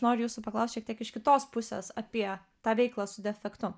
noriu jūsų paklaust šiek tiek iš kitos pusės apie tą veiklą su defektu